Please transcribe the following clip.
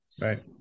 Right